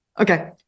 Okay